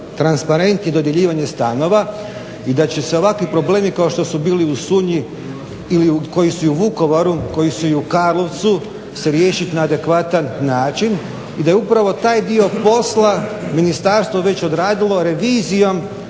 transparent i dodjeljivanje stanova i da će se ovakvi problemi kao što su bili u Sunji ili koji su i u Vukovaru, koji su i u Karlovcu se riješiti na adekvatan način. I da je upravo taj dio posla ministarstvo već odradilo revizijom